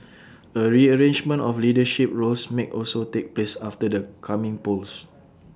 A rearrangement of leadership roles may also take place after the coming polls